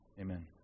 Amen